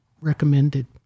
recommended